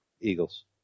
Eagles